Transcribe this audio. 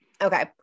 Okay